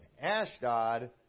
Ashdod